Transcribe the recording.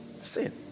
sin